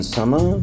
Summer